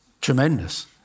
Tremendous